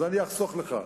אז אני אחסוך לך.